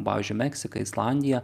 pavyzdžiui meksika islandija